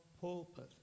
pulpit